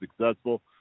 successful